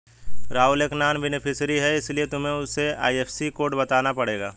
राहुल एक non beneficiary है इसीलिए तुम्हें उसे आई.एफ.एस.सी कोड बताना पड़ेगा